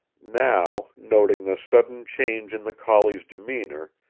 now, noting the sudden change in the collie's demeanor,